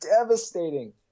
devastating